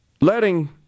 letting